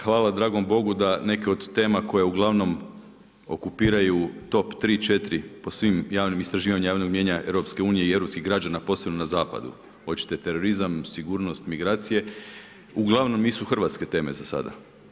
Hvala dragom Bogu da neke od tema koje uglavnom okupiraju top tri, četiri po svim javnim istraživanjima javnog mijenja EU i europskih građana posebno na zapadu, hoćete terorizam, sigurnost, migracije uglavnom nisu hrvatske teme za sada.